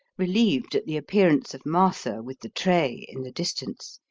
relieved at the appearance of martha with the tray in the distance.